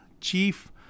chief